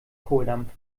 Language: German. kohldampf